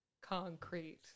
Concrete